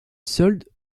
soldes